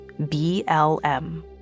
BLM